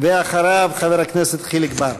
אחריו, חבר הכנסת חיליק בר.